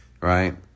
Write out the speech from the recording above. right